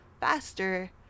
faster